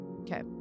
Okay